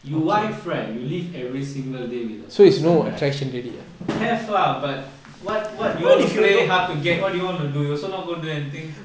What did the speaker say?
you wife right you live every single day with her person right have lah but what what you want to play hard to get what do you want to do you also not going to do anything